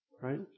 right